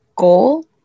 Goal